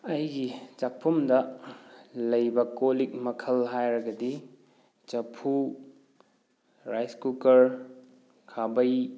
ꯑꯩꯒꯤ ꯆꯥꯛꯈꯨꯝꯗ ꯂꯩꯕ ꯀꯣꯜꯂꯤꯛ ꯃꯈꯜ ꯍꯥꯏꯔꯒꯗꯤ ꯆꯐꯨ ꯔꯥꯏꯁ ꯀꯨꯀꯔ ꯈꯥꯕꯩ